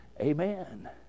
Amen